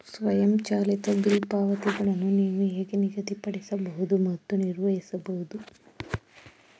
ಸ್ವಯಂಚಾಲಿತ ಬಿಲ್ ಪಾವತಿಗಳನ್ನು ನೀವು ಹೇಗೆ ನಿಗದಿಪಡಿಸಬಹುದು ಮತ್ತು ನಿರ್ವಹಿಸಬಹುದು?